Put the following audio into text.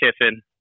Kiffin